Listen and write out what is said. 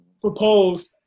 proposed